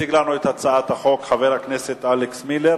יציג לנו את הצעת החוק חבר הכנסת אלכס מילר,